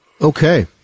Okay